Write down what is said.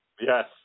Yes